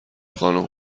خانم